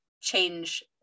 change